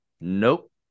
nope